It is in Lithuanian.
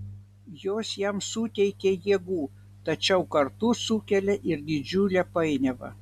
jos jam suteikia jėgų tačiau kartu sukelia ir didžiulę painiavą